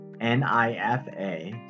NIFA